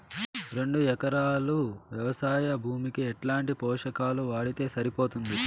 రెండు ఎకరాలు వ్వవసాయ భూమికి ఎట్లాంటి పోషకాలు వాడితే సరిపోతుంది?